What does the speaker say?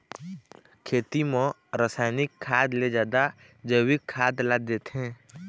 खेती म रसायनिक खाद ले जादा जैविक खाद ला देथे